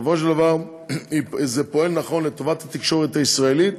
בסופו של דבר פועל נכון לטובת התקשורת הישראלית,